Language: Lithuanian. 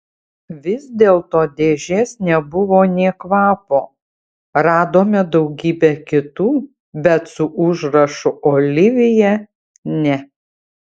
vis dėlto dėžės nebuvo nė kvapo radome daugybę kitų bet su užrašu olivija ne